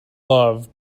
love